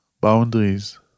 boundaries